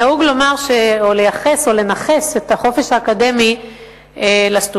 נהוג לומר או לייחס או לנכס את החופש האקדמי למרצים,